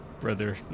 Brother